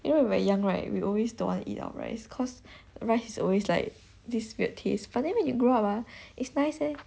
you know when we're young right we always don't want to eat our rice cause rice is always like this weird taste but then when you grow up ah it's nice eh